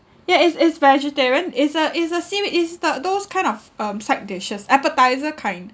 ya is is vegetarian is a is a seaweed is the those kind of um side dishes appetiser kind